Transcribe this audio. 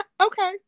okay